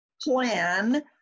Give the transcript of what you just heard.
plan